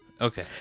okay